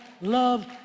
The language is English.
love